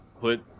put